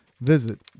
Visit